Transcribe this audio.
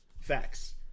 Facts